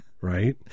right